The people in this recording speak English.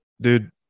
Dude